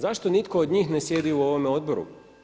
Zašto nitko od njih ne sjedi u ovome odboru?